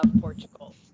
portugal